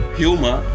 humor